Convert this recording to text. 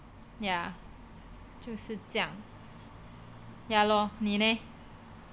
yeah 就是这样 ya lor 你咧